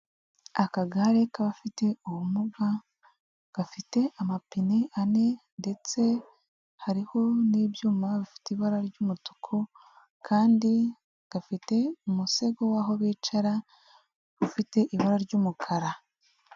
Akagare k'abafite ubumuga gafite amapine ane ndetse hariho n'ibyuma bifite ibara ry'umutuku kandi gafite umusego w'aho bicara ufite ibara ry'umukara.